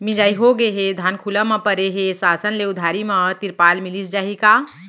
मिंजाई होगे हे, धान खुला म परे हे, शासन ले उधारी म तिरपाल मिलिस जाही का?